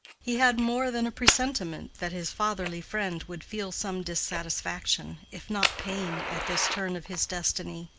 he had more than a presentiment that his fatherly friend would feel some dissatisfaction, if not pain, at this turn of his destiny.